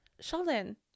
Sheldon